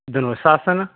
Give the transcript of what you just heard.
ਧਨੁਸ਼ ਆਸਨ